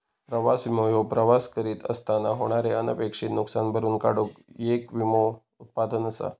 प्रवास विमो ह्यो प्रवास करीत असताना होणारे अनपेक्षित नुसकान भरून काढूक येक विमो उत्पादन असा